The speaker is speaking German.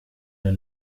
mir